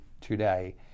today